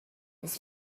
his